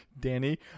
Danny